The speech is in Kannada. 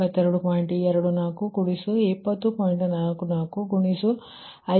2420